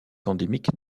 endémique